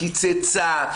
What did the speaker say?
קיצצה,